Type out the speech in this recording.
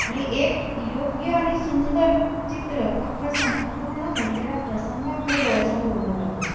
आणि एक योग्य आणि सुंदर चित्र अख्खा संपूर्ण घडलेला प्रसंग आपल्या डोळ्यासमोर उभा करतो